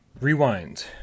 rewind